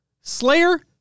Slayer